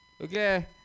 Okay